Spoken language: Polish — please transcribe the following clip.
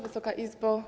Wysoka Izbo!